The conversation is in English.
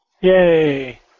Yay